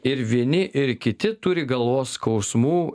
ir vieni ir kiti turi galvos skausmų